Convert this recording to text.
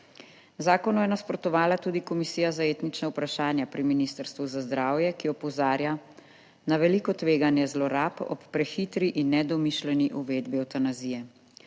Zakonu je nasprotovala tudi Komisija za etnična vprašanja pri Ministrstvu za zdravje, ki opozarja na veliko tveganje zlorab ob prehitri in nedomišljeni uvedbi evtanazije.